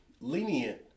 lenient